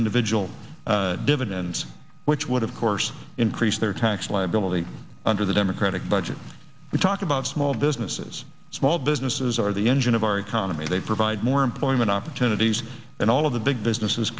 individual dividends which would of course increase their tax liability under the democratic budget we talk about small businesses small businesses are the engine of our economy they provide more employment opportunities than all of the big businesses